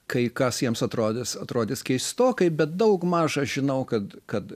kai kas jiems atrodys atrodys keistokai bet daugmaž aš žinau kad kad